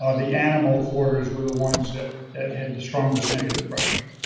ah the animal corridors were the ones that that had the strongest negative pressure.